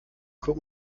guck